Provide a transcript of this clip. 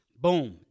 Boom